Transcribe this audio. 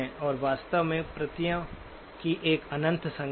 तो वास्तव में प्रतियों की एक अनंत संख्या